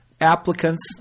applicants